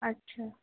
اچھا